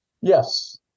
Yes